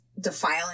defiling